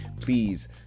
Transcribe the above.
please